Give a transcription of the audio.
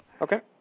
Okay